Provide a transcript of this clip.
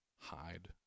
hide